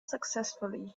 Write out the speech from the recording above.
successfully